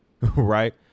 right